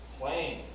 playing